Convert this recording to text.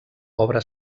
obra